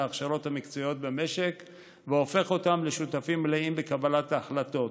ההכשרות המקצועיות במשק והופך אותם לשותפים מלאים בקבלת ההחלטות,